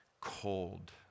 cold